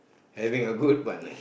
having a good partner